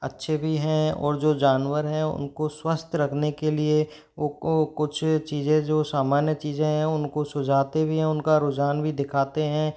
अच्छे भी हैं और जो जानवर हैं उनको स्वस्थ रखने के लिए वो कुछ चीज़ें जो सामान्य चीज़ें हैं उनको सुझाते भी हैं उनका रुझान भी दिखाते हैं